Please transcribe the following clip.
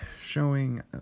showing